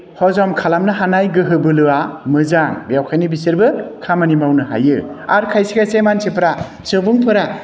हजम खालामनो हानाय गोहो बोलोआ मोजां बेखायनो बिसोरबो खामानि मावनो हायो आरो खायसे खायसे मानसिफोरा सुबुंफोरा